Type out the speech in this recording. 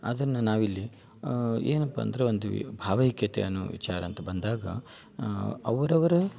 ಅದನ್ನು ನಾವಿಲ್ಲಿ ಏನಪ್ಪ ಅಂದ್ರೆ ಒಂದು ವಿ ಭಾವೈಕ್ಯತೆ ಅನ್ನುವ ವಿಚಾರ ಅಂತ ಬಂದಾಗ ಅವರವರ